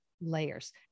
layers